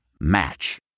Match